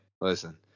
listen